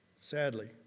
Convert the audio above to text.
Sadly